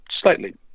slightly